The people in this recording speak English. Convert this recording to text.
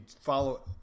follow